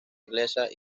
inglesa